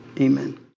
Amen